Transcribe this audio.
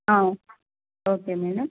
okay madam